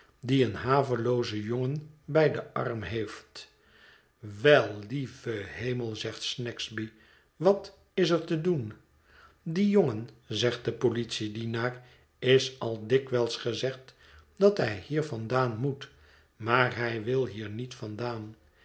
die een haveloozen jongen bij den arm heeft wel lieve hemel zegt snagsby wat is er te doen dien jongen zegt de politiedienaar is al dikwijls gezegd dat hij hier vandaan moet maar hij wil hier niet vandaan